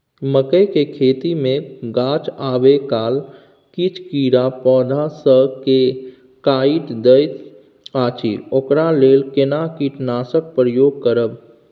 मकई के खेती मे गाछ आबै काल किछ कीरा पौधा स के काइट दैत अछि ओकरा लेल केना कीटनासक प्रयोग करब?